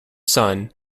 son